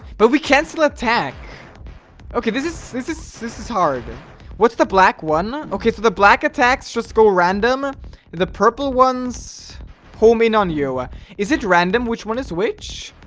but we can still attack okay, this is this is this is horrible. what's the black one okay for the black attacks. just go random the purple ones homed in on you ah is it random, which one is which